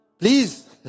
Please